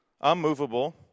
unmovable